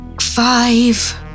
five